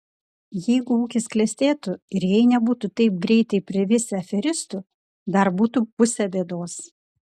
jeigu ūkis klestėtų ir jei nebūtų taip greitai privisę aferistų dar būtų pusė bėdos